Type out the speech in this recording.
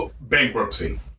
Bankruptcy